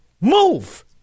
move